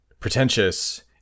Pretentious